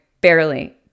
barely